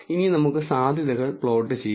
ഇനി നമുക്ക് സാധ്യതകൾ പ്ലോട്ട് ചെയ്യാം